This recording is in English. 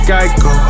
Geico